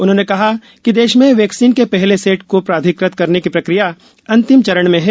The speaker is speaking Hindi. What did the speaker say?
उन्होंने कहा कि देश में वैक्सीन के पहले सेट को प्राधिकृत करने की प्रक्रिया अंतिम चरण में है